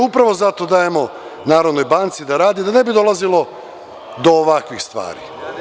Upravo zato dajemo Narodnoj banci da radi, da ne bi dolazilo do ovakvih stvari.